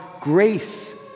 grace